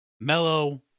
mellow